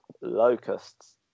locusts